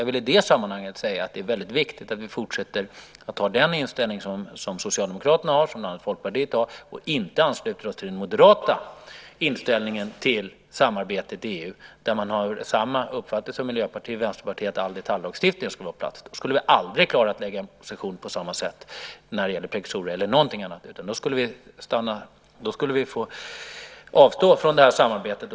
I det sammanhanget vill jag säga att det är väldigt viktigt att vi fortsätter att ha den inställning som Socialdemokraterna och Folkpartiet har och inte ansluter oss till den moderata inställningen till samarbetet i EU, där man har samma uppfattning som Miljöpartiet och Vänsterpartiet att all detaljlagstiftning ska vara på plats. Då skulle vi aldrig klara att lägga en proposition när det gäller prekursorer eller något annat. Då skulle vi få avstå från samarbetet.